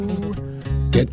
Get